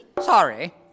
Sorry